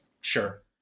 Sure